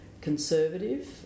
conservative